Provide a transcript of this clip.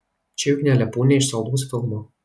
čia juk ne lepūnė iš saldaus filmo